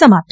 समाप्त